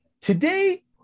Today